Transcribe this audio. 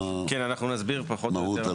נסביר פחות או יותר